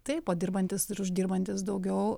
taip o dirbantys ir uždirbantys daugiau